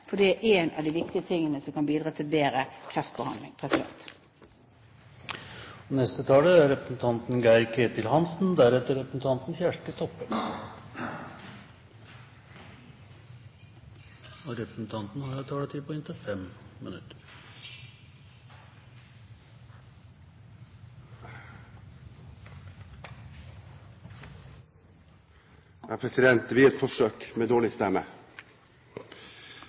for det er én av de viktige tingene som kan bidra til bedre kreftbehandling. Jeg gjør et forsøk med dårlig stemme.